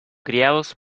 criados